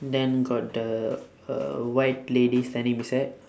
then got the uh white lady standing beside